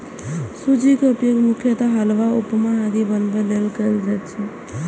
सूजी के उपयोग मुख्यतः हलवा, उपमा आदि बनाबै लेल कैल जाइ छै